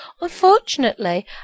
Unfortunately